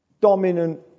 Dominant